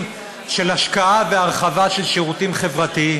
של השקעה והרחבה של שירותים חברתיים,